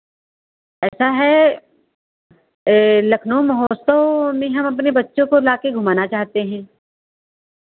ऐसा है लखनऊ महोत्सव में हम अपने बच्चों को लाके घूमाना चाहते हैं